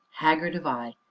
haggard of eye,